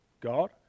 God